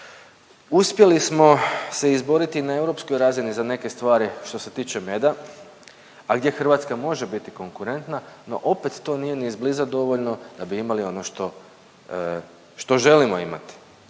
Uspjeli smo se izboriti na europskoj razini za neke stvari što se tiče meda, a gdje Hrvatska može biti konkurentna no opet to nije ni iz bliza dovoljno da bi imali ono što, što želimo imati.